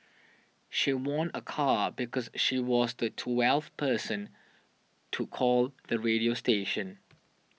she won a car because she was the twelfth person to call the radio station